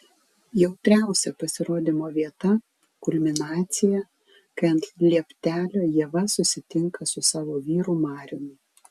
jautriausia pasirodymo vieta kulminacija kai ant lieptelio ieva susitinka su savo vyru mariumi